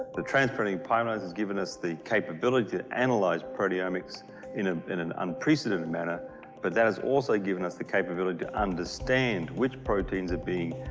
the trans-proteomic pipeline has given us the capability to analyze proteomics in ah in an unprecedented manner but there is also given us the capability to understand which proteins are being